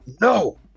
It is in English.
No